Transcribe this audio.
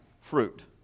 fruit